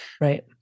Right